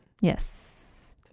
Yes